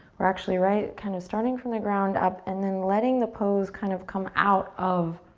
we're actually, right, kind of starting from the ground up and then letting the pose kind of come out of